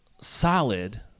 solid